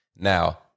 now